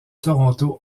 toronto